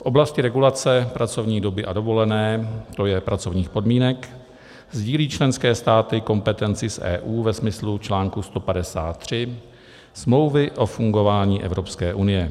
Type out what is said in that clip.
V oblasti regulace pracovní doby a dovolené, tj. pracovních podmínek, sdílí členské státy kompetenci z EU ve smyslu článku 153 Smlouvy o fungování Evropské unie.